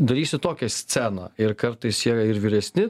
darysiu tokią sceną ir kartais jie ir vyresni